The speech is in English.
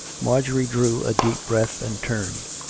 marjorie drew a deep breath and turned.